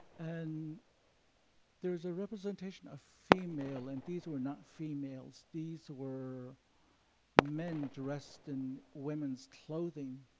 and there's a representation of female. and these were not females. these were men dressed in women's clothing,